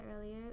earlier